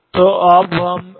तो अब हम xαα का मान देखते हैं